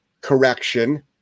correction